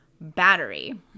battery